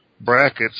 brackets